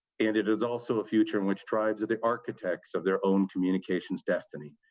and it is also a future in which tribes are the architects of their own communications destiny,